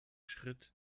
schritt